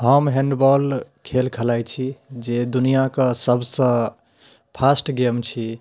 हम हैण्डबौल खेल खलाइ छी जे दुनिआँ कऽ सभसँ फास्ट गेम छी